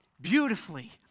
beautifully